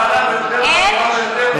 תודה לחבר הכנסת ג'מעה אזברגה.